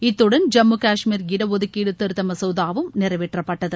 இத்துடன் ஜம்மு கஷ்மீர் இடஒதுக்கீடு திருத்த மசோதாவும் நிறைவேற்றப்பட்டது